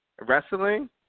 wrestling